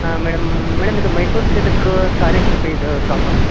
ಹಾಂ madam madam ಇದು Mysore silk sari shop ಇದು ಶಾಪಾ